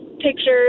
pictures